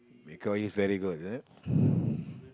because he is very good is it